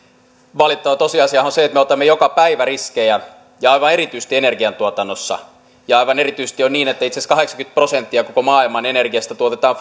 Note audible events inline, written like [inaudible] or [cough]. valitettava tosiasiahan on se että me otamme joka päivä riskejä ja aivan erityisesti energiantuotannossa aivan erityisesti on niin että itse asiassa kahdeksankymmentä prosenttia koko maailman energiasta tuotetaan [unintelligible]